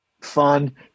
fun